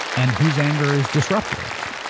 and whose anger is disruptive.